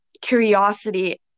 curiosity